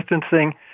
distancing